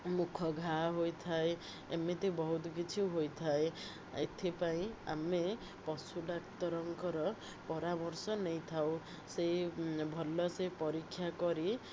ମୁଖ ଘାଆ ହୋଇଥାଏ ଏମିତି ବହୁତ କିଛି ହୋଇଥାଏ ଏଥିପାଇଁ ଆମେ ପଶୁ ଡାକ୍ତରଙ୍କର ପରାମର୍ଶ ନେଇଥାଉ ସେଇ ଭଲ ସେ ପରୀକ୍ଷା କରି